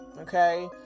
okay